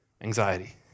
anxiety